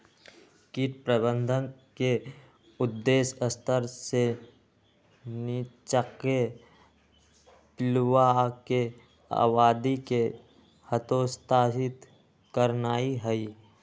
कीट प्रबंधन के उद्देश्य स्तर से नीच्चाके पिलुआके आबादी के हतोत्साहित करनाइ हइ